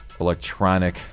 electronic